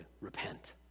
repent